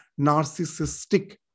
Narcissistic